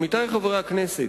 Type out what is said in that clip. עמיתי חברי הכנסת,